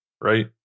right